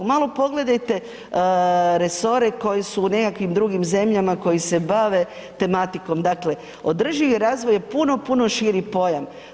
Malo pogledajte resore koji su u nekakvim drugim zemljama koji se bave tematikom, dakle održivi razvoj je puno, puno širi pojam.